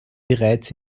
bereits